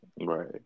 Right